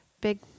big